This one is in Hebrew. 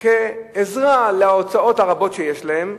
כעזרה בהוצאות הרבות שיש להם,